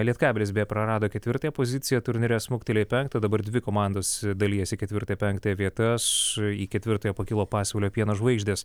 lietkabelis beje prarado ketvirtąja poziciją turnyre smuktelėjo į penktą dabar dvi komandos dalijasi ketvirtą penktą vietas į ketvirtąją pakilo pasvalio pieno žvaigždės